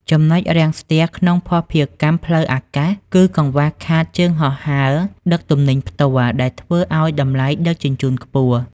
ចំណុចរាំងស្ទះក្នុងភស្តុភារកម្មផ្លូវអាកាស គឺកង្វះខាតជើងហោះហើរដឹកទំនិញផ្ទាល់ ដែលធ្វើឱ្យតម្លៃដឹកជញ្ជូនខ្ពស់។